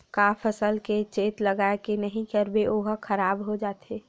का फसल के चेत लगय के नहीं करबे ओहा खराब हो जाथे?